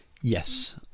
Yes